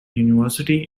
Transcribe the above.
university